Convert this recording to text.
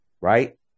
right